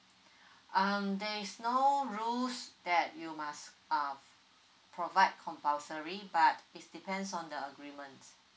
um there's no rules that you must um provide compulsory but it's depends on the agreement